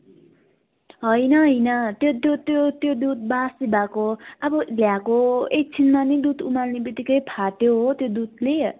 होइन होइन त्यो दुध त्यो त्यो दुध बासी भएको हो अब ल्याएको एकछिनमा नै दुध उमाल्ने बित्तिकै फाट्यो हो त्यो दुधले